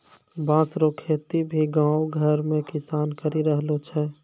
बाँस रो खेती भी गाँव घर मे किसान करि रहलो छै